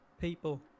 people